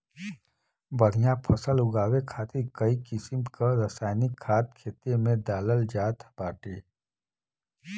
बढ़िया फसल उगावे खातिर कई किसिम क रासायनिक खाद खेते में डालल जात बाटे